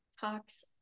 talks